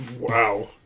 wow